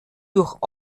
durch